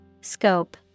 Scope